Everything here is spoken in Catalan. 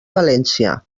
valència